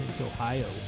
Ohio